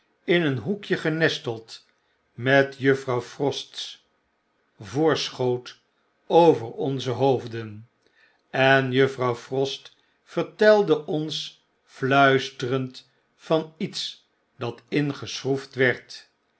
in een hoekje genesteld met juffrouw frost's voorschoot over onze hoofden en juffrouw frost vertelde ons fluisterend van iets dat ingeschroefd werd